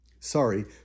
Sorry